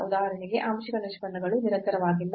ಉದಾಹರಣೆಗೆ ಆಂಶಿಕ ನಿಷ್ಪನ್ನಗಳು ನಿರಂತರವಾಗಿಲ್ಲ